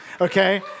okay